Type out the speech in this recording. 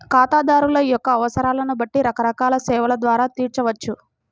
ఖాతాదారుల యొక్క అవసరాలను బట్టి రకరకాల సేవల ద్వారా తీర్చవచ్చు